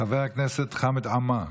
חבר הכנסת חמד עמאר.